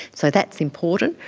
so that's important.